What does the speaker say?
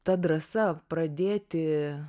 ta drąsa pradėti